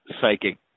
psychic